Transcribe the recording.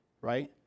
right